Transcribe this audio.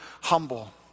humble